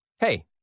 Hey